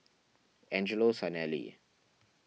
Angelo Sanelli